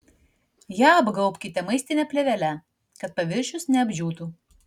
ją apgaubkite maistine plėvele kad paviršius neapdžiūtų